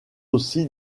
aussi